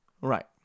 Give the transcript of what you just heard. Right